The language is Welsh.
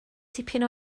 tipyn